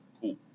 Cool